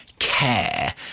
care